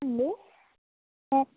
hello